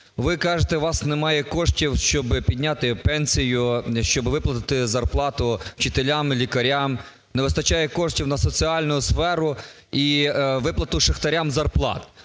ви кажете, у вас немає коштів, щоби підняти пенсію, щоби виплатити зарплату вчителям і лікарям. Не вистачає коштів на соціальну сферу і виплату шахтарям зарплат.